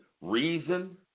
reason